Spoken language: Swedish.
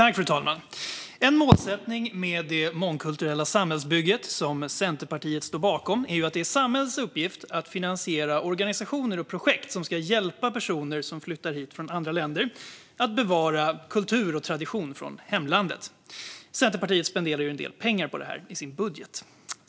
Fru talman! En målsättning i det mångkulturella samhällsbygget, som Centerpartiet står bakom, är att det är samhällets uppgift att finansiera organisationer och projekt som ska hjälpa personer som flyttar hit från andra länder att bevara kultur och tradition från hemlandet. Centerpartiet spenderar ju en del pengar på detta i sin budget.